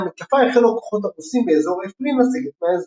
המתקפה החלו הכוחות הרוסים באזור עפרין לסגת מהאזור.